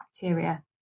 bacteria